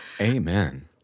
Amen